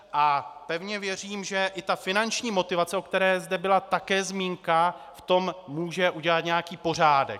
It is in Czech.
A pevně věřím, že i ta finanční motivace, o které zde byla také zmínka, v tom může udělat nějaký pořádek.